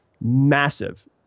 massive